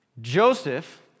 Joseph